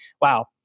wow